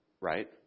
right